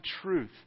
truth